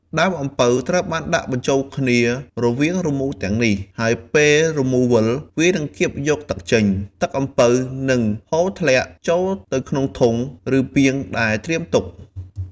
ដើមអំពៅត្រូវបានដាក់បញ្ចូលគ្នារវាងរមូរទាំងនេះ ហើយពេលរមូរវិល វានឹងកៀបយកទឹកចេញ។ ទឹកអំពៅនឹងហូរធ្លាក់ចូលទៅក្នុងធុង ឬពាងដែលត្រៀមទុក។